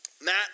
Matt